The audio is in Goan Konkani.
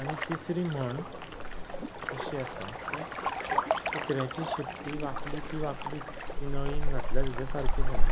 आनी तिसरी म्हण अशी आसा की कुत्र्याची शेंपटी वांकडी ती वांकडीच ती नळेन घातल्यार सुद्दां सारकी जायना